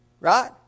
right